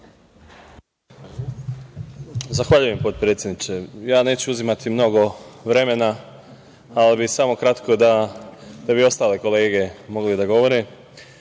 Zahvaljujem potpredsedniče. Neću uzimati mnogo vremena, ali bih samo kratko, da bi i ostale kolege mogle da govore.